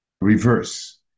reverse